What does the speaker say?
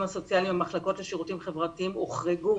הסוציאליים לשירותים חברתיים הוחרגו